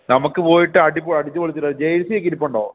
നമുക്ക് പോയിട്ട് അടിപൊ അടിച്ചുപൊളിച്ചു വരാം ജേർസിയൊക്കെ ഇരിപ്പുണ്ടോ